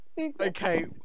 Okay